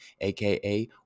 aka